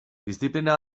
diziplina